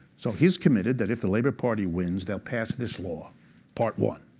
so he's committed that if the labour party wins, they'll pass this law part one.